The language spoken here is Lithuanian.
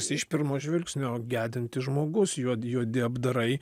iš pirmo žvilgsnio gedintis žmogus juod juodi apdarai